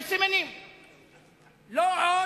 יש סימנים.